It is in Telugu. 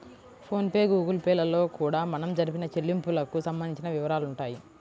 ఫోన్ పే గుగుల్ పే లలో కూడా మనం జరిపిన చెల్లింపులకు సంబంధించిన వివరాలుంటాయి